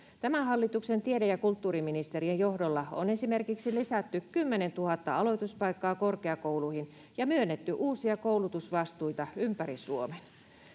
Tämän hallituksen tiede- ja kulttuuriministerien johdolla on esimerkiksi lisätty 10 000 aloituspaikkaa korkeakouluihin ja myönnetty uusia koulutusvastuita ympäri Suomen.